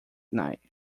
night